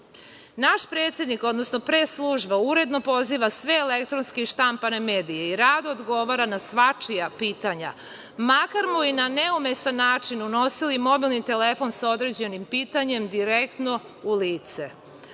predsednik, odnosno pres služba, uredno poziva sve elektronske, odnosno štampane medije i rado odgovara na svačija pitanja, makar mu i na neumesan način unosili mobilni telefon sa određenim pitanjem direktno u lice. Na